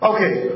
Okay